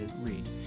read